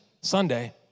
Sunday